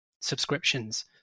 subscriptions